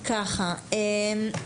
התשפ"ב-2022,